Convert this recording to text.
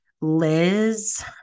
Liz